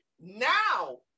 now